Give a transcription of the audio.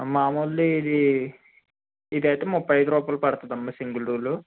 మామూలుది ఇది ఇదైతే ముప్పై ఐదు రూపాయలు పడుతుంది అమ్మా సింగిల్ రూల్